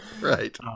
Right